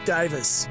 Davis